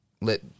let